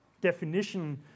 definition